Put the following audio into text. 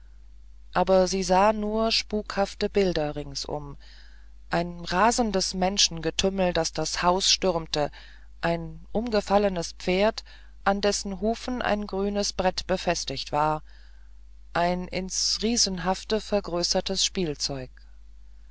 aber sie sah nur spukhafte bilder ringsum ein rasendes menschengetümmel das das haus stürmte ein umgefallenes pferd an dessen hufen ein grünes brett befestigt war ein ins riesenhafte vergrößertes spielzeug